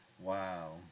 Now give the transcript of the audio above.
Wow